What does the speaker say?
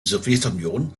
sowjetunion